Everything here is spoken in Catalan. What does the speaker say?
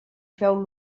feu